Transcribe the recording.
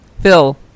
Phil